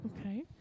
Okay